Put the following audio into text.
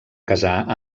casar